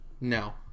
No